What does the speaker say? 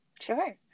Sure